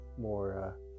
more